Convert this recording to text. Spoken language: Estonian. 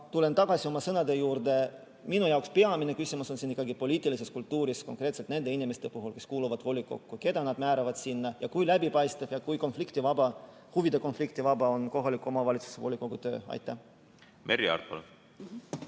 Aga tulen tagasi oma sõnade juurde: minu jaoks on peamine küsimus siin ikka poliitilises kultuuris, konkreetselt nende inimeste puhul, kes kuuluvad volikokku, keda nad määravad sinna ning kui läbipaistev ja kui konfliktivaba, huvide konfliktist vaba on kohalike omavalitsuste volikogude töö. See seadus